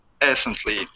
essentially